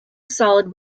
solid